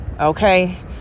okay